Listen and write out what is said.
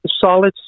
solid